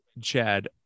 Chad